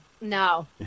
No